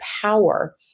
power